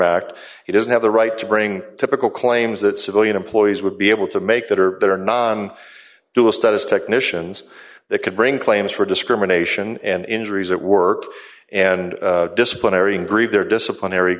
act he doesn't have the right to bring typical claims that civilian employees would be able to make that are there are non dual studies technicians that could bring claims for discrimination and injuries at work and disciplinary greve their disciplinary